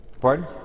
Pardon